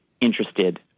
interested